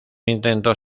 intento